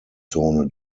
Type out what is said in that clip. zone